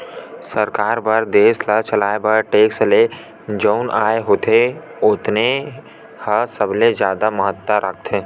सरकार बर देस ल चलाए बर टेक्स ले जउन आय होथे तउने ह सबले जादा महत्ता राखथे